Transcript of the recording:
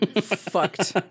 fucked